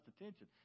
attention